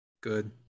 Good